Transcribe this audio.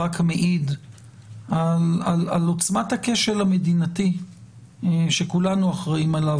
רק מעיד על עוצמת הכשל המדינתי שכולנו אחראים עליו